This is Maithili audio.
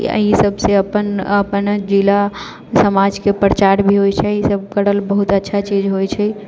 अऽ ई सबसँ अपन अपनो जिला समाजके प्रचार भी होइ छै ई सब करल बहुत अच्छा चीज होइ छै